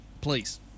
Please